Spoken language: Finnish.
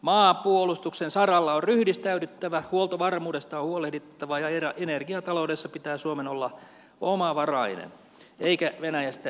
maanpuolustuksen saralla on ryhdistäydyttävä huoltovarmuudesta on huolehdittava ja energiataloudessa pitää suomen olla omavarainen eikä venäjästä riippuvainen